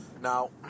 Now